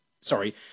sorry